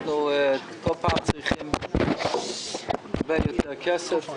כל פעם אנחנו צריכים לקבל יותר כסף.